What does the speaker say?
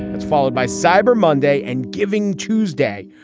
that's followed by cyber monday and giving tuesday.